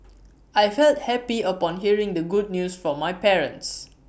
I felt happy upon hearing the good news from my parents